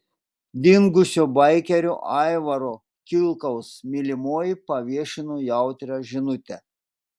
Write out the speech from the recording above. dingusio baikerio aivaro kilkaus mylimoji paviešino jautrią žinutę